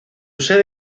sede